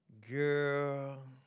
Girl